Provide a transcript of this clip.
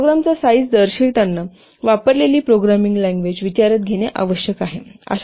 प्रोग्रामचा साईज दर्शविताना वापरलेली प्रोग्रामिंग लँग्वेज विचारात घेणे आवश्यक आहे